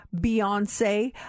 Beyonce